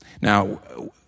Now